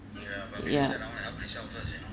ya